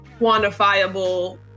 quantifiable